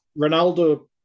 Ronaldo